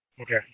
Okay